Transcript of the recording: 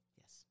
yes